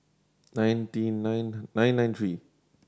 nineteen nine nine nine three